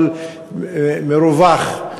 אבל מרווח.